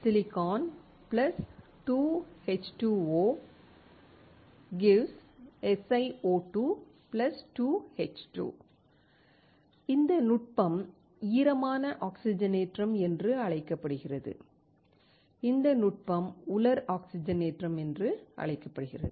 Si 2H2O 🡪 SiO2 2H2 இந்த நுட்பம் ஈரமான ஆக்ஸிஜனேற்றம் என்று அழைக்கப்படுகிறது இந்த நுட்பம் உலர் ஆக்ஸிஜனேற்றம் என்று அழைக்கப்படுகிறது